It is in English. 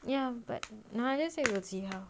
ya but no I just say we will see how